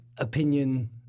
Opinion